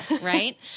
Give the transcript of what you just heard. right